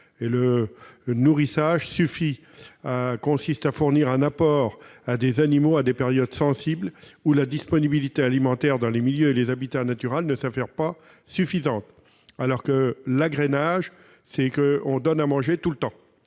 le nourrissage consiste à fournir un apport à des animaux à des périodes sensibles où la disponibilité alimentaire dans les milieux et les habitats naturels ne s'avère pas suffisante. L'agrainage, c'est donner à manger tout le temps.